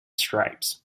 stripes